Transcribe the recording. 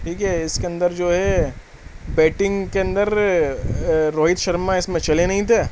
ٹھیک ہے اس کے اندر جو ہے بیٹنگ کے اندر روہت شرما اس میں چلے نہیں تھے